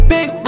Big